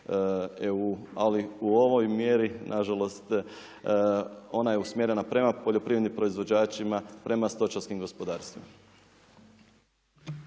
ali u ovoj mjeri, na žalost ona je usmjerena prema poljoprivrednim proizvođačima, prema stočarskim gospodarstvima.